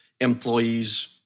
employees